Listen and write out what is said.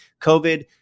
COVID